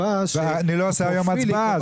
אני לא עושה היום הצבעה,